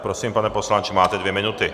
Prosím, pane poslanče, máte dvě minuty.